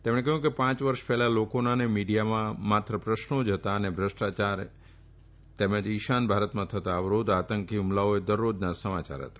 તેમણે કહ્યું કે પાંચ વર્ષ પહેલાં લોકોના અને મીડિયામાં માત્ર પ્રશ્ન જ હતા અને ભ્રષ્ટાયાર ઇશાન ભારતમાં થતા અવરોધ આતંકી હુમલાઓએ દરરોજના સમાયાર હતા